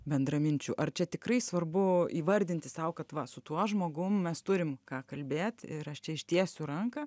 bendraminčių ar čia tikrai svarbu įvardinti sau kad va su tuo žmogum mes turim ką kalbėt ir aš čia ištiesiu ranką